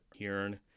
Hirn